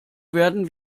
werden